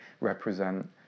represent